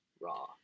raw